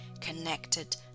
connected